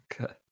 Okay